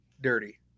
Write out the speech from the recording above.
dirty